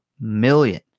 million